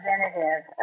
representative